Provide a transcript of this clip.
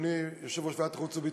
אדוני יושב-ראש ועדת החוץ והביטחון?